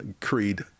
Creed